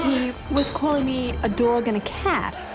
was calling me a dog and a cat.